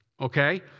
Okay